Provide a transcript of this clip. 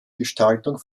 gestaltung